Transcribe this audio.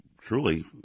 truly